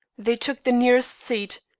they took the nearest seat,